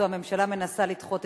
או הממשלה מנסה לדחות,